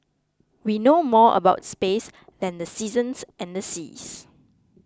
we know more about space than the seasons and the seas